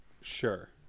sure